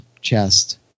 chest